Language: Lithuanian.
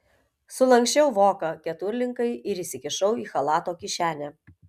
sulanksčiau voką keturlinkai ir įsikišau į chalato kišenę